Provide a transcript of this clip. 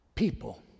People